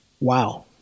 wow